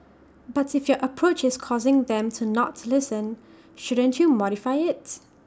but if your approach is causing them to not listen shouldn't you modify IT